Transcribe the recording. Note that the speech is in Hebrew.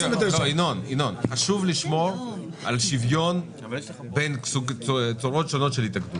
חשוב לשמור על שוויון בין צורות שונות של התאגדות.